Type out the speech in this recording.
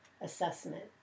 assessment